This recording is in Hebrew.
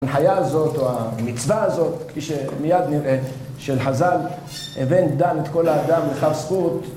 הנחייה הזאת או המצווה הזאת, כפי שמיד נראה, של חז"ל: הבא דן את כל האדם לכף זכות